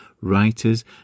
writers